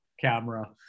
camera